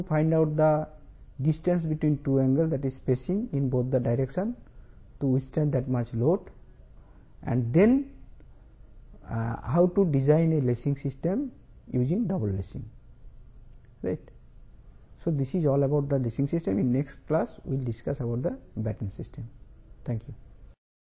కాబట్టి ఇది lacing system గురించి మనం బాటెన్ సిస్టమ్ గురించి తరువాతి తరగతిలో చర్చిస్తాము ధన్యవాదాలు